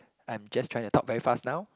I'm just trying to talk very fast now